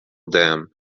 dam